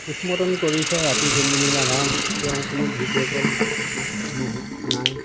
post-mortem কৰিছে ৰাতি জোনমনি ৰাভা তেওঁ কোনো ভিডিঅ' কল নাই